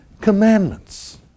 Commandments